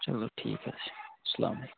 چَلو ٹھیٖک حظ چھُ السلام علیکُم